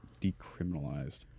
decriminalized